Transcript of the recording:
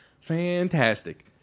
fantastic